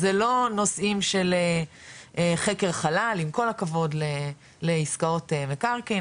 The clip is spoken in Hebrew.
זה לא נושאים של חקר חלל עם כל הכבוד לעסקאות מקרקעין,